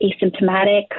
asymptomatic